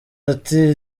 ati